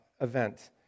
event